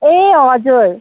ए हजुर